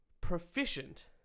proficient